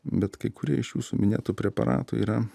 bet kai kurie iš jūsų minėtų preparatų yra